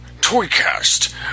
ToyCast